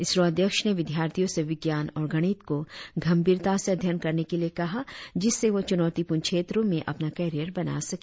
इसरों अध्यक्ष ने विद्यार्थियों से विज्ञान और गणित को गंभीरता से अध्ययन करने के लिए कहाजिससे वो चुनौतीपूर्ण क्षेत्रों में अपना करियर बना सके